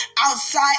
Outside